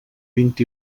vint